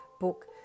book